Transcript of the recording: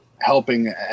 helping